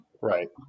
Right